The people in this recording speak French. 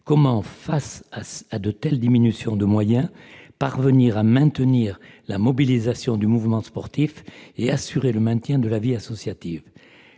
Comment, face à de telles diminutions de moyens, parvenir à maintenir la mobilisation du mouvement sportif et assurer le maintien de la vie associative ?